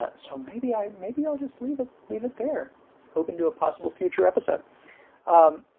but so maybe i maybe i'll just leave it leave it there open to a possible future episode um,